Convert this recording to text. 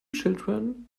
children